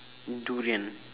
durian